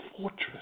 fortress